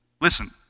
Listen